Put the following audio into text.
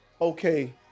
okay